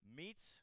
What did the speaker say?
meets